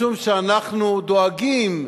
משום שאנחנו דואגים,